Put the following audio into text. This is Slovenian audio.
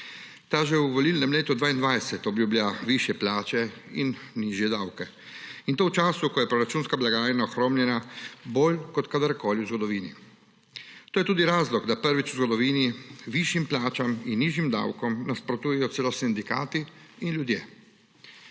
Ta že v volilnem letu 2022 obljublja višje plače in nižje davke, in to v času, ko je proračunska blagajna ohromljena bolj kot kadarkoli v zgodovini. To je tudi razlog, da prvič v zgodovini višjim plačam in nižjim davkom nasprotujejo celo sindikati in ljudje.